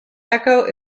eco